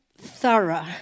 thorough